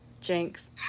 jinx